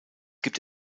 gibt